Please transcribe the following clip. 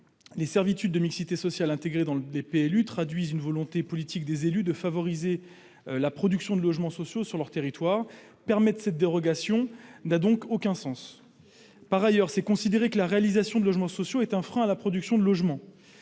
Les servitudes de mixité sociale intégrées dans les PLU traduisent une volonté politique des élus de favoriser la production de logements sociaux sur leur territoire. Permettre cette dérogation n'a donc aucun sens. Par ailleurs, c'est considérer que la réalisation de logements sociaux est un frein à la production de logements.